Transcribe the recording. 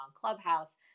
clubhouse